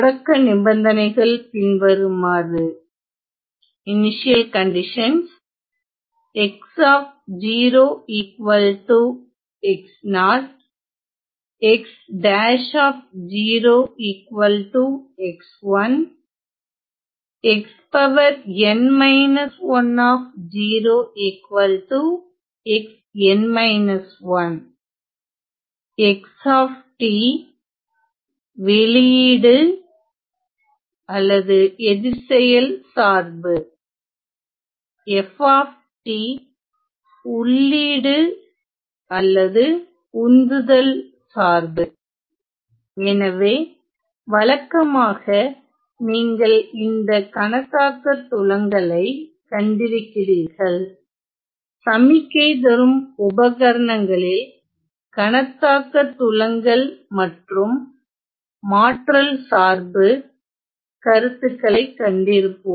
தொடக்க நிபந்தனைகள் பின்வருமாறு x வெளியீடு எதிர்ச்செயல் சார்பு f உள்ளீடு உந்துதல் சார்பு எனவே வழக்கமாக நீங்கள் இந்த கணத்தாக்கத் துலங்கல் ஐ கண்டிருக்கிறீர்கள் சமிக்கை தரும் உபகரணங்களில் கணத்தாக்கத் துலங்கல் மற்றும் மாற்றல் சார்பு கருத்துக்களை கண்டிருப்போம்